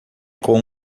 com